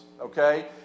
okay